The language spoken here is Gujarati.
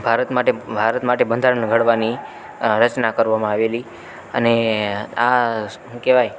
ભારત માટે ભારત માટે બંધારણ ઘડવાની રચના કરવામાં આવેલી અને આ શું કહેવાય